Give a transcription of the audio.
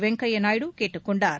வெங்கையா நாயுடு கேட்டுக் கொண்டார்